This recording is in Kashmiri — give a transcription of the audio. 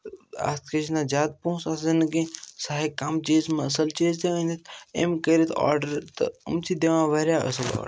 اَتھ کیٛاہ چھِنہٕ زیادٕ پونٛسہٕ آسان نہٕ کینٛہہ سُہ ہیٚکہِ کَم چیٖز منٛز اَصٕل چیٖز تہِ ؤنِتھ أمۍ کٔرِتھ آرڈَر تہٕ یِم چھِ دِوان واریاہ اَصٕل آرڈَر